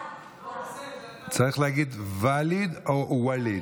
צריך להגיד ואליד או ואליד,